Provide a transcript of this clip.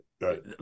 right